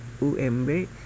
UMB